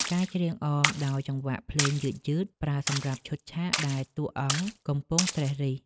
ការច្រៀងអមដោយចង្វាក់ភ្លេងយឺតៗ ប្រើសម្រាប់ឈុតឆាកដែលតួអង្គកំពុងត្រិះរិះ។